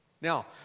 Now